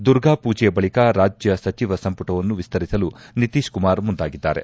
ದುರ್ಗಾ ಪೂಜೆಯ ಬಳಿಕ ರಾಜ್ಯ ಸಚಿವ ಸಂಪುಟವನ್ನು ವಿಸ್ತರಿಸಲು ನಿತೀಶ್ ಕುಮಾರ್ ಮುಂದಾಗಿದ್ದಾರೆ